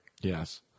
Yes